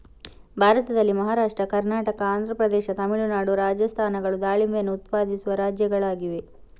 ಭಾರತದಲ್ಲಿ ಮಹಾರಾಷ್ಟ್ರ, ಕರ್ನಾಟಕ, ಆಂಧ್ರ ಪ್ರದೇಶ, ತಮಿಳುನಾಡು, ರಾಜಸ್ಥಾನಗಳು ದಾಳಿಂಬೆಯನ್ನು ಉತ್ಪಾದಿಸುವ ರಾಜ್ಯಗಳಾಗಿವೆ